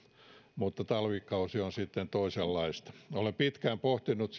mutta talvikausi on sitten toisenlaista olen pitkään pohtinut